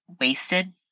wasted